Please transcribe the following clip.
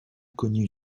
connu